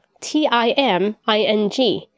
T-I-M-I-N-G